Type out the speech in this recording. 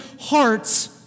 hearts